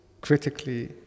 critically